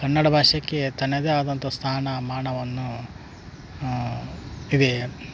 ಕನ್ನಡ ಭಾಷೆಗೆ ತನ್ನದೇ ಆದಂಥ ಸ್ಥಾನಮಾನವನ್ನು ಇದೆ